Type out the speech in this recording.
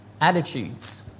attitudes